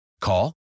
Call